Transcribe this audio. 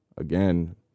again